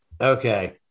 Okay